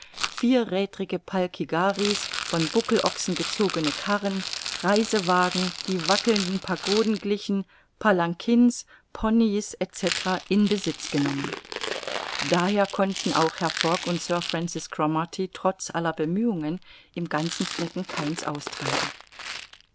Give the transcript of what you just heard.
vierrädrige palkigharis von buckelochsen gezogene karren reisewagen die wandelnden pagoden glichen palankins poneys etc in besitz genommen daher konnten auch herr fogg und sir francis cromarty trotz aller bemühung im ganzen flecken keins austreiben